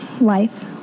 Life